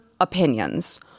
opinions